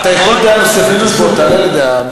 אתה יכול דעה נוספת, אז בוא תעלה לדעה נוספת.